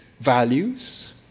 values